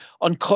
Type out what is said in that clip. on